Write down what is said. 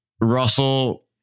Russell